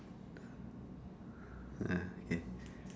ah K